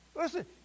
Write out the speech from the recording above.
Listen